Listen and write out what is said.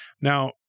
Now